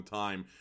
time